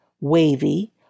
wavy